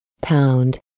Pound